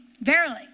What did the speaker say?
Verily